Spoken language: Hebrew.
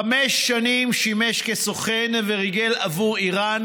חמש שנים שימש כסוכן וריגל עבור איראן,